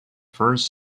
first